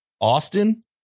Austin